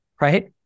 right